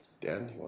Dan